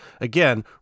Again